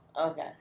Okay